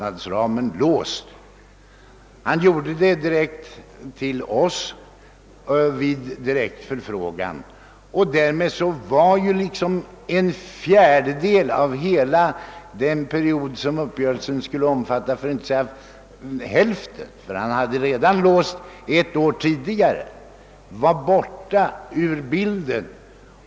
Försvarsministern lämnade beskedet direkt till oss på förfrågan. Därmed var en fjärdedel av hela den period, som uppgörelsen skulle omfatta, för att inte säga hälften ty även ett år tidigare var låst, borta ur bilden.